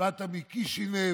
שבאת מקישינב,